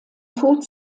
tod